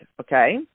Okay